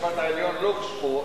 בית-המשפט לא פה,